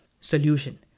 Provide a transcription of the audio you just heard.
Solution